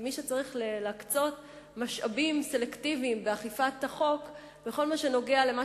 כמי שצריך להקצות משאבים סלקטיביים באכיפת החוק בכל מה שנוגע למה